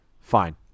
Fine